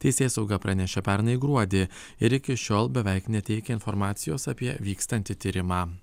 teisėsauga pranešė pernai gruodį ir iki šiol beveik neteikia informacijos apie vykstantį tyrimą